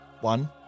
one